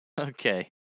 Okay